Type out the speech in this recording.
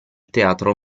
teatro